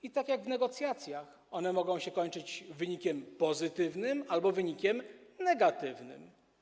I tak jak w negocjacjach, one mogą się skończyć wynikiem pozytywnym albo wynikiem negatywnym.